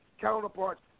counterparts